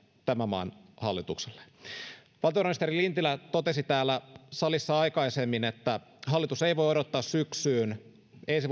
tämän maan hallitukselle valtiovarainministeri lintilä totesi täällä salissa aikaisemmin että hallitus ei voi odottaa ensi